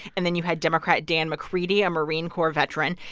and then you had democrat dan mccready, a marine corps veteran.